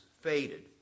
faded